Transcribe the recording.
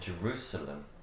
Jerusalem